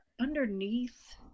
underneath